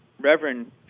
Reverend